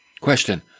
Question